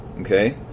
Okay